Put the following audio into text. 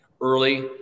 early